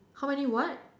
how many what